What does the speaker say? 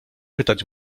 pytać